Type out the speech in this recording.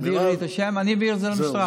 תעבירי לי את השם ואני אעביר למשטרה.